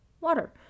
water